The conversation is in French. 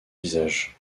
visage